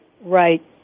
Right